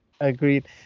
agreed